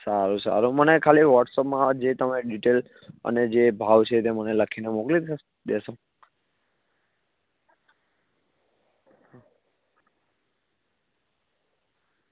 સારું સારું મને ખાલી વોટ્સઅપમાં જે તમે ડીટેઈલ અને જે ભાવ છે તે મને લખીને મોકલી દેશ દેશો